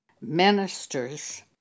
ministers